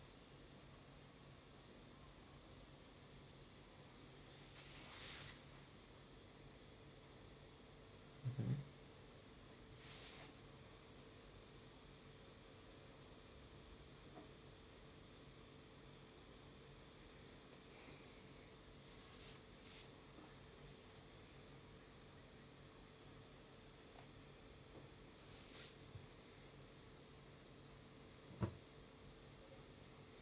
mmhmm